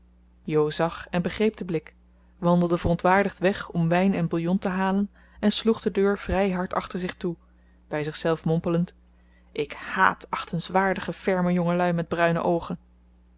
zag en begreep den blik wandelde verontwaardigd weg om wijn en bouillon te halen en sloeg de deur vrij hard achter zich toe bij zichzelf mompelend ik hààt achtenswaardige ferme jongelui met bruine oogen